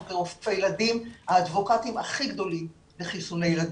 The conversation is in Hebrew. אנחנו כרופאי ילדים האדבוקטים הכי גדולים לחיסוני ילדים.